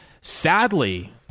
Sadly